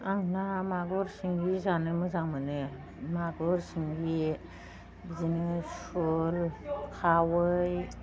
आं ना मागुर सिंगि जानो मोजां मोनो मागुर सिंगि बिदिनो सल खावै